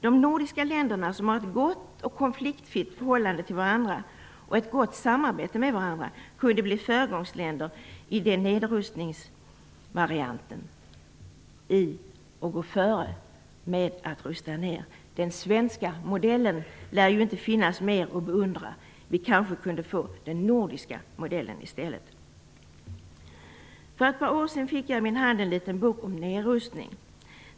De nordiska länderna har ett gott och konfliktfritt förhållande till varandra och ett gott samarbete med varandra och kunde bli föregångsländer i den nedrustningsvarianten. Den svenska modellen lär ju inte finnas mer att beundra. Vi kanske kunde få den nordiska modellen i stället. För ett par år sedan fick jag i min hand en liten bok om nedrustning.